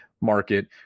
market